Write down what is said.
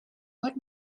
what